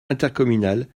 intercommunale